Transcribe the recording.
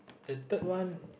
the third one